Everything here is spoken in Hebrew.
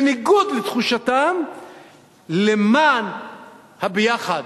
בניגוד לתחושתם למען ה"ביחד",